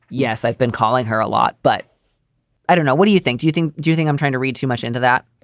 yes, i've been calling her a lot, but i don't know. what do you think? do you think? do you think i'm trying to read too much into that?